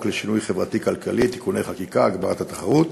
לשינוי חברתי-כלכלי (תיקוני חקיקה) (הגברת התחרות),